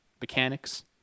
mechanics